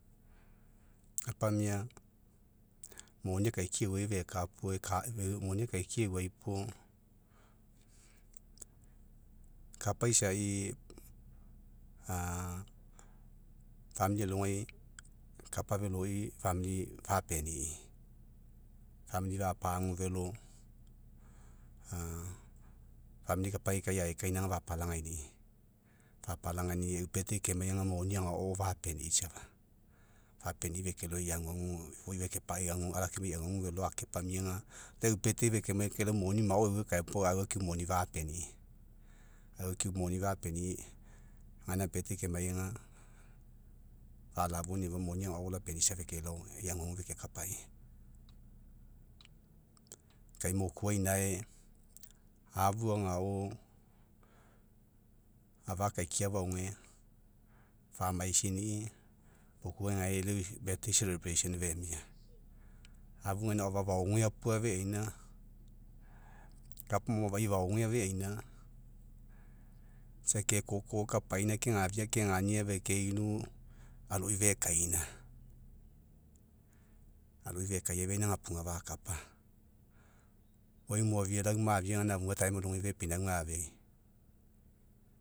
Lapamia, moni akaikia euai puo moni akaikia euai puo kapa isai a alogai, kapa veloi fapeni'i. fapagu velo, kapai kai aikainaga, fapalagaini'i. Fapalaigini'i eu kemai ga, moni agao fepani'i safa, fapeni'i fekelao ei aguagu, ifoi ala akeoma ei aguagu velo akepamiga, lau eu fekemai kai lau euai moni mao euai ekae puo, au akiu moni fapeni'i. Au akiu moni fapeni'i, gaina kemai aga, fala'afouaini'i moni agao lapeni'i, isa fekelao, ei aguagu fekekapai. Kai mokuai, inae afu agao, afa akaikia, faoge, famaisaini'i, makuai gae lau eu femia. Afu gaina, afa faopeapua afeaina, kapa maoai afai faoge afeaina, isa kekoko, kapaina gegafia kegania, fekeinu aloi fekaina. Aloi fekaiafeaina apuga fakapa. Oi moafia, lau mafia egaina afuga fepinauga afeai.